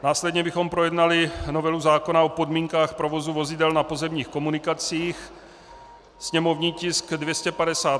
Následně bychom projednali novelu zákona o podmínkách provozu vozidel na pozemních komunikacích, sněmovní tisk 258.